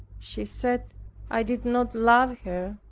she said i did not love her,